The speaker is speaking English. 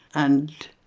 and